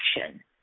action